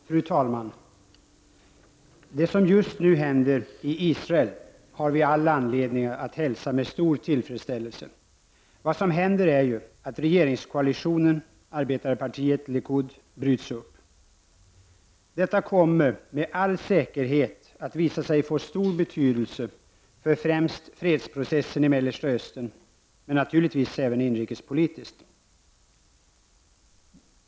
Fru talman! Det som just nu händer i Israel har vi all anledning att hälsa med stor tillfredsställelse. Vad som händer är att regeringskoalitionen mellan arbetarpartiet och likud bryts upp. Det kommer med all säkerhet att visa sig vara av stor betydelse för främst fredsprocessen i Mellersta Östern och naturligtvis också inrikespolitiskt.